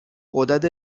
غدد